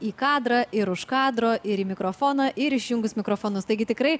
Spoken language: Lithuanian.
į kadrą ir už kadro ir į mikrofoną ir išjungus mikrofonus taigi tikrai